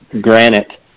granite